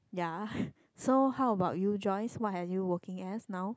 ya so how about you Joyce what have you working as now